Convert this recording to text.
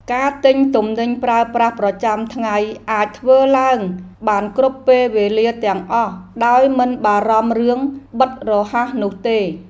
ការទិញទំនិញប្រើប្រាស់ប្រចាំថ្ងៃអាចធ្វើឡើងបានគ្រប់ពេលវេលាទាំងអស់ដោយមិនបារម្ភរឿងបិទរហ័សនោះទេ។